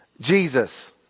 Jesus